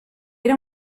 era